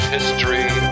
History